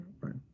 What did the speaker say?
right